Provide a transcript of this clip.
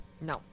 No